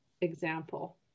example